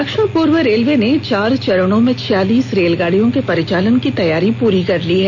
दक्षिण पूर्व रेलवे ने चार चरणों में छियालीस रेलगाड़ियों के परिचालन की तैयारी पूरी कर ली है